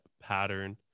pattern